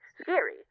Scary